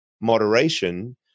moderation